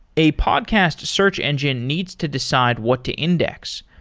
a podcast search engine needs to decide what to index.